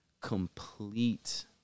complete